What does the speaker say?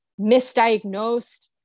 misdiagnosed